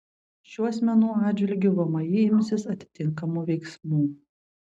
šių asmenų atžvilgiu vmi imsis atitinkamų veiksmų